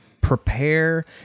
prepare